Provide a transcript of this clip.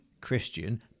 Christian